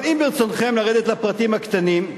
אבל אם ברצונכם לרדת לפרטים הקטנים,